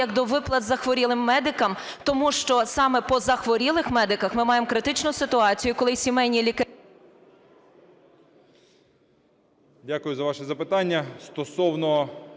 як до виплат захворілим медикам, тому що саме по захворілих медиках ми маємо критичну ситуацію, коли сімейні лікарі…